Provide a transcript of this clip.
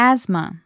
Asthma